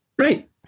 right